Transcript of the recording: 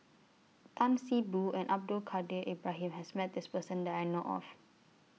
Tan See Boo and Abdul Kadir Ibrahim has Met This Person that I know of